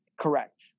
Correct